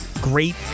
great